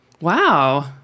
Wow